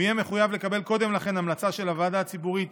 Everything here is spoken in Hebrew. הוא יהיה מחויב לקבל קודם לכן המלצה של הוועדה הציבורית